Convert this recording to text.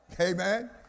Amen